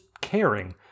caring